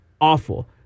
awful